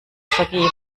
vergeben